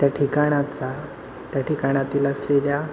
त्या ठिकाणाचा त्या ठिकाणातील असलेल्या